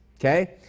Okay